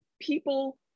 People